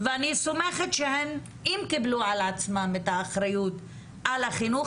ואני סומכת שאם קיבלו על עצמן את האחריות על החינוך,